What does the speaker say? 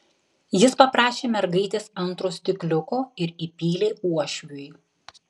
jis paprašė mergaitės antro stikliuko ir įpylė uošviui